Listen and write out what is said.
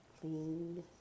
cleaned